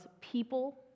people